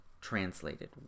translated